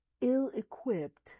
ill-equipped